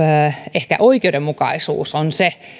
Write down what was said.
ehkä oikeudenmukaisuus